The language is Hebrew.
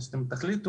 מה שאתם תחליטו,